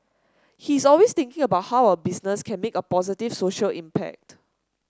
he's always thinking about how our business can make a positive social impact